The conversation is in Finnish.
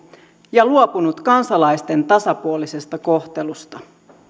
ja luopunut kansalaisten tasapuolisesta kohtelusta